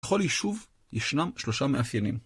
בכל יישוב ישנם שלושה מאפיינים.